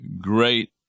great